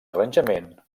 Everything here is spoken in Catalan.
arranjament